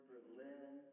Berlin